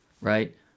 right